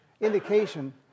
indication